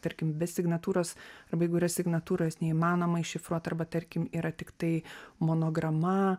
tarkim signatūros arba yra signatūros neįmanoma iššifruot arba tarkim yra tiktai monograma